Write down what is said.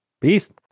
Peace